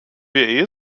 wir